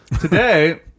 today